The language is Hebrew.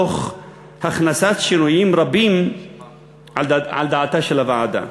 תוך הכנסת שינויים רבים על דעתה של הוועדה.